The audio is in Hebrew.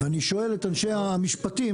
ואני שואל את אנשי המשפטים,